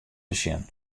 besjen